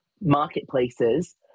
marketplaces